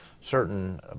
certain